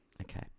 okay